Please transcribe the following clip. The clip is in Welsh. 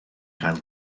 gael